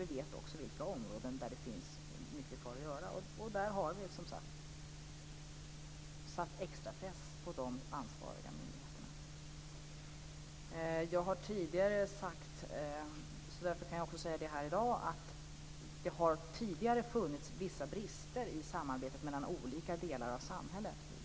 Vi vet också på vilka områden som det finns mycket kvar att göra, och där har vi som sagt satt extra press på de ansvariga myndigheterna. Jag har tidigare sagt, och kan också säga det här i dag, att det tidigare har funnits vissa brister i samarbetet mellan olika delar av samhället.